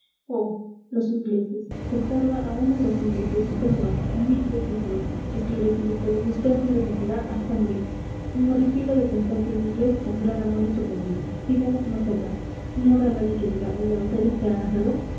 oh los ingleses cogerla a una los ingleses pero no mil veces no esclarecido joven vd me defenderá hasta morir me horripilo de pensar que un inglés pondrá la mano sobre mí sigamos más allá no habrá nadie que diga la batalla se ha ganado